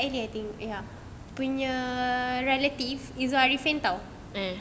kak elly I think ya punya relative zul ariffin [tau]